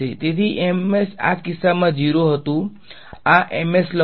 તેથી આ કિસ્સામાં 0 હતું આ લખો